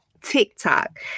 TikTok